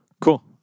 Cool